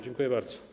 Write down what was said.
Dziękuję bardzo.